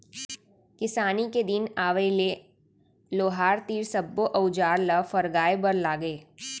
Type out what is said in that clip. किसानी के दिन आवय त लोहार तीर सब्बो अउजार ल फरगाय बर लागय